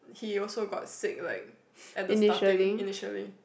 he also got sick like at the starting initially